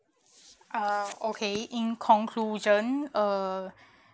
uh okay in conclusion err